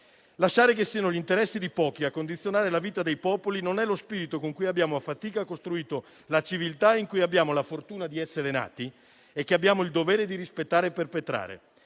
Lasciare che siano gli interessi di pochi a condizionare la vita dei popoli non è lo spirito con cui abbiamo a fatica costruito la civiltà in cui abbiamo la fortuna di essere nati e che abbiamo il dovere di rispettare e perpetrare.